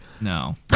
No